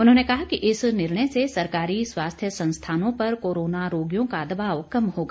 उन्होंने कहा कि इस निर्णय से सरकारी स्वास्थ्य संस्थानों पर कोरोना रोगियों का दबाव कम होगा